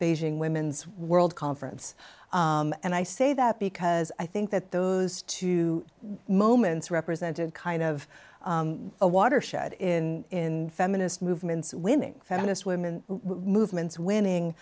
beijing women's world conference and i say that because i think that those two moments represented kind of a watershed in feminist movements winning feminist women movements winning